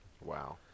Wow